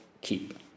keep